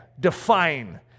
Define